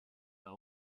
are